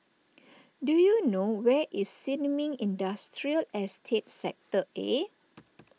do you know where is Sin Ming Industrial Estate Sector A